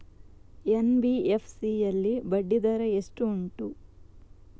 NBFC ಯಲ್ಲಿ ಬಡ್ಡಿ ದರ ಎಷ್ಟು ಉಂಟು?